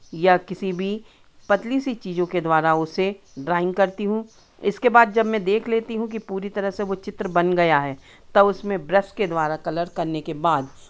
या किसी भी पतली सी चीज़ों के द्वारा उसे ड्राॅइंग करती हूँ इसके बाद जब मैं देख लेती हूँ कि पूरी तरह से वो चित्र बन गया है तब उसमें ब्रश के द्वारा कलर करने के बाद